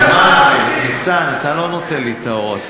יש רוב, ניצן, אתה לא נותן לי את ההוראות.